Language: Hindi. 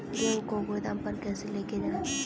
गेहूँ को गोदाम पर कैसे लेकर जाएँ?